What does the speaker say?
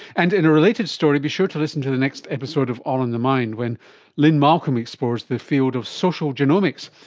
and in a related story be sure to listen to the next episode of all in the mind when lynne malcolm explores the field of social genomics,